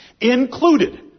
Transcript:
Included